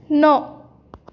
नौ